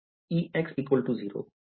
Ex 0 Ey 0 and Ez 0